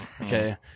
Okay